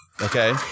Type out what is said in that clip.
Okay